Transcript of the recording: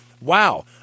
wow